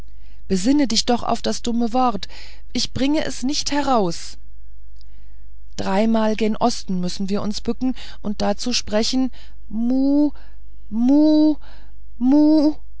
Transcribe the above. besinne dich doch auf das dumme wort ich bring es nicht heraus dreimal gen osten müssen wir uns bücken und dazu sprechen mu mu